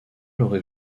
aurait